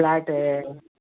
flat